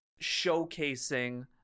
showcasing